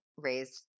Raised